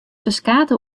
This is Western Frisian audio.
ferskate